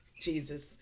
Jesus